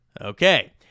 Okay